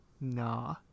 Nah